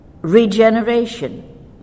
regeneration